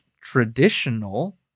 traditional